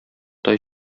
тай